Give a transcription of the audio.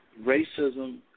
racism